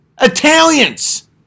Italians